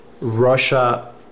Russia